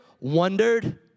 wondered